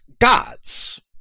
gods